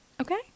Okay